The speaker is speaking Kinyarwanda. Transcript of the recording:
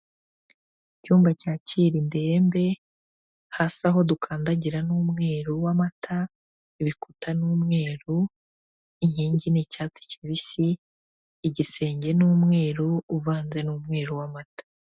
Icyumba cyakira indembe hasi aho dukandagira ni umweru w'amata, ibikuta ni umweru, inkingi ni icyatsi kibisi, igisenge ni umweru uvanze n'umweruru w'amata.